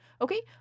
Okay